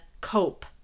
cope